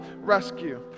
rescue